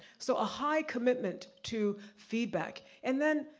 so, a high commitment to feedback. and then,